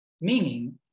meaning